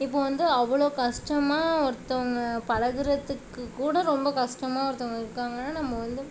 இப்போது வந்து அவ்வளோ கஷ்டமா ஒருத்தவங்க பழகுவதுக்கு கூட ரொம்ப கஷ்டமா ஒருத்தவங்க இருக்காங்க நம்ம வந்து